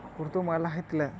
ହୋଇଥିଲା